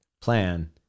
plan